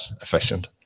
efficient